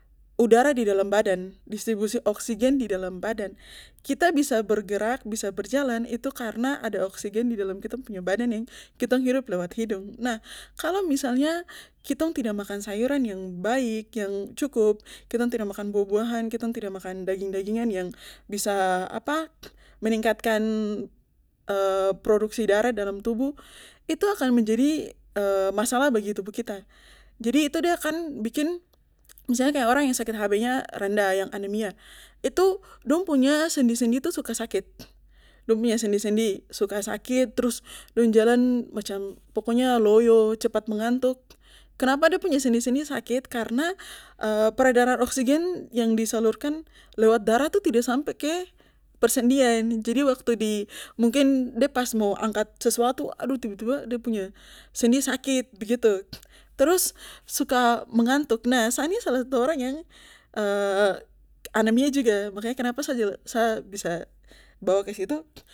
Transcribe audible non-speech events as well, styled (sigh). Udara di dalam badan distribusi oksigen di dalam badan kita bisa bergerak bisa berjalan itu karna ada oksigen di dalam kitong punya badan ini kitong hirup lewat hidung nah kalo misalnya kitong tidak makan sayuran yang baik yang cukup kitong tidak makan buah buahan kitong tidak makan daging dagingan yang bisa apa meningkatkan (hesitation) produksi darah dalam tubuh itu akan menjadi (hesitation) masalah bagi tubuh kita jadi itu de akan bikin misalnya kaya orang yang sakit hbnya rendah yang anemia itu dong punya sendi sendi itu suka sakit dong punya sendi sendi suka sakit trus dong jalan macam pokoknya loyo cepat mengantuk kenapa de punya sendi sendi sakit karna (hesitation) peredaran oksigen yang disalurkan lewat darah itu tidak sampe ke persendian jadi waktu di mungkin de pas mo angkat sesuatu aduh tiba tiba de punya sendi sakit begitu trus suka mengantuk nah sa nih salah satu orang yang (hesitation) anemia juga makanya kenapa sa sa bisa bawa ke situ